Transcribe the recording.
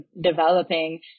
developing